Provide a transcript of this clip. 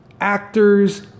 actors